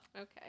Okay